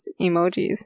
emojis